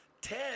Ted